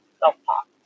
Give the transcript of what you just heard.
self-talk